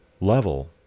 level